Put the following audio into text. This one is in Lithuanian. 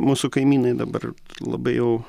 mūsų kaimynai dabar labai jau